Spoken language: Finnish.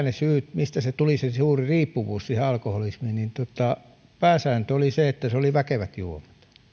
ne syyt mistä tuli se suuri riippuvuus siihen alkoholiin niin pääsääntö oli se että se oli väkevät juomat